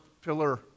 pillar